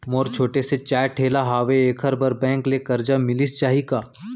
मोर छोटे से चाय ठेला हावे एखर बर बैंक ले करजा मिलिस जाही का?